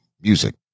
music